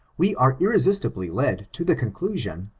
we are irresistibly led to the conclusion,